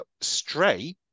Stray